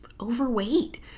overweight